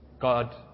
God